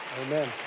Amen